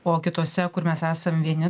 o kitose kur mes esam vieni